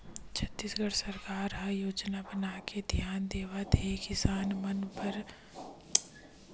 छत्तीसगढ़ सरकार ह योजना बनाके धियान देवत हे किसान मन बर नरूवा के महत्ता ल धियान देवत